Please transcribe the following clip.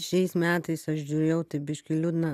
šiais metais aš žiūrėjau tai biškį liūdna